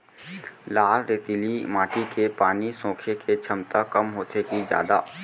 लाल रेतीली माटी के पानी सोखे के क्षमता कम होथे की जादा?